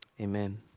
Amen